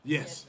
Yes